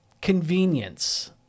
convenience